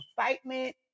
excitement